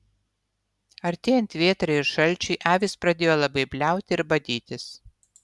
artėjant vėtrai ir šalčiui avys pradeda labai bliauti ir badytis